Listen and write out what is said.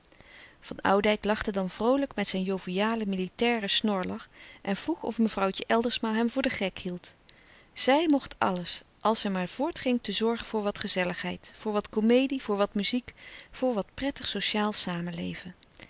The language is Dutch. van oudijck lachte dan vroolijk met zijn jovialen militairen snorlach en vroeg of mevrouwtje eldersma hem voor den gek hield zij mocht alles als zij maar voortging te zorgen voor wat gezelligheid voor wat komedie voor wat muziek voor wat prettig sociaal samenleven